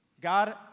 God